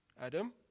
Adam